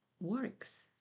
works